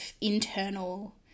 internal